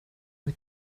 neu